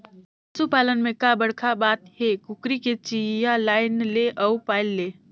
पसू पालन में का बड़खा बात हे, कुकरी के चिया लायन ले अउ पायल ले